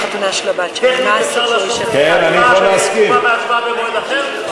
טכנית אפשר תשובה והצבעה במועד אחר?